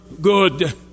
good